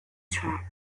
track